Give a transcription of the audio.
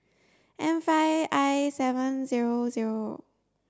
M five I seven zero zero